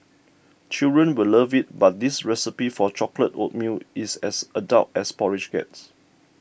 children will love it but this recipe for chocolate oatmeal is as adult as porridge gets